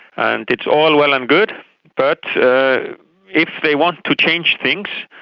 and it's all well and good but if they want to change things,